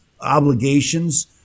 obligations